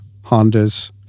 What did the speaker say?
Hondas